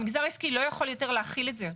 המגזר העסקי לא יכול להכיל את זה יותר.